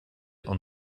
und